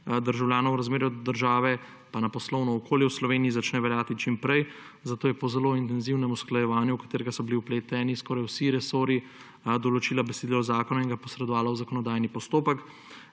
državljanov v razmerju do države pa na poslovno okolje v Sloveniji, začne veljati čim prej, zato je po zelo intenzivnem usklajevanju, v katerega so bili vpleteni skoraj vsi resorji, določila besedilo zakona in ga posredovala v zakonodajni postopek.